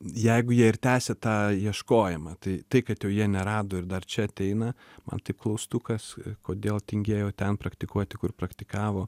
jeigu jie ir tęsia tą ieškojimą tai tai kad jau jie nerado ir dar čia ateina man tai klaustukas kodėl tingėjo ten praktikuoti kur praktikavo